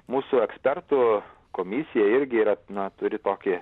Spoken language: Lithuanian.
mūsų ekspertų komisija irgi yra na turi tokį